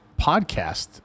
podcast